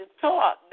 taught